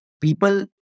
people